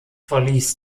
verließ